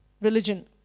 religion